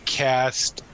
cast